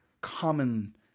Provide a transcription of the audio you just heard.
common